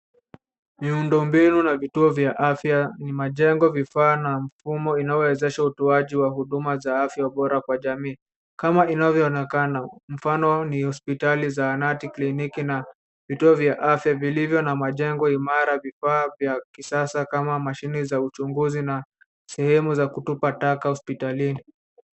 Miundo mbinu na vituo vya afya ni majengo, vifaa na mfumo inayowezesha utoaji wa huduma za afya bora kwa jamii kama inavyoonekana. Mfano ni hospitali, zahanati, kliniki na vituo vya afya vilivyo na majengo imara, vifaa vya kisasa kama mashine za uchunguzi na sehemu za kutupa taka hospitalini.